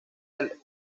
del